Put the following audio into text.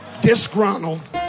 disgruntled